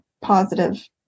positive